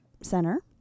center